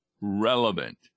relevant